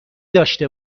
داشته